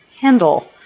handle